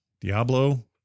Diablo